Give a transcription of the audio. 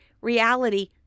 reality